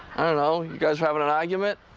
i don't know. you guys were having an argument?